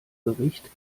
gericht